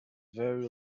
very